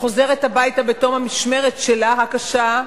חוזרת הביתה בתום המשמרת שלה, הקשה,